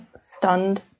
stunned